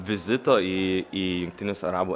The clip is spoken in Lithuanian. vizito į į jungtinius arabų